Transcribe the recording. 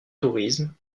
tourisme